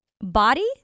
Body